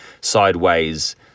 sideways